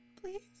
Please